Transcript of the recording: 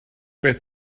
beth